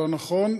לא נכון,